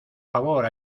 favor